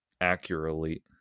accurately